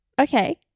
okay